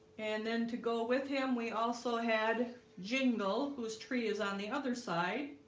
and then to go with him, we also had jingle whose tree is on the other side